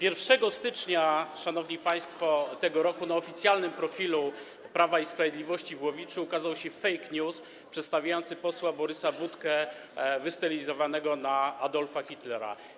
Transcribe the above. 1 stycznia, szanowni państwo, tego roku na oficjalnym profilu Prawa i Sprawiedliwości w Łowiczu ukazał się fake news przedstawiający posła Borysa Budkę wystylizowanego na Adolfa Hitlera.